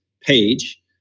page